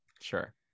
Sure